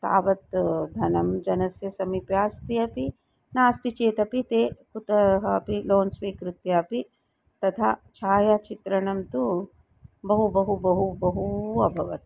तावत् धनं जनस्य समीपे अस्ति अपि नास्ति चेदपि ते कुतः अपि लोन् स्वीकृत्य अपि तथा छायाचित्रणं तु बहु बहु बहु बहु अभवत्